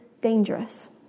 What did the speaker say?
dangerous